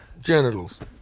genitals